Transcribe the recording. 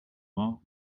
vain